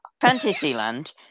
Fantasyland